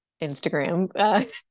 Instagram